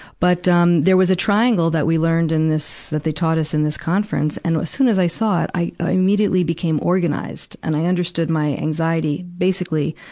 but, um, there was a triangle that we learned in this, that they taught us in this conference. and as soon as i saw it, i i immediately became organized and i understood my anxiety. basically,